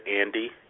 Andy